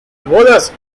bodas